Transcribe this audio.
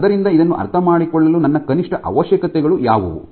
ಆದ್ದರಿಂದ ಇದನ್ನು ಅರ್ಥಮಾಡಿಕೊಳ್ಳಲು ನನ್ನ ಕನಿಷ್ಠ ಅವಶ್ಯಕತೆಗಳು ಯಾವುವು